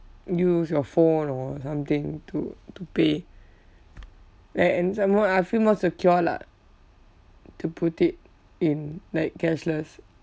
use your phone or something to to pay like and some more I'll feel more secure lah to put it in like cashless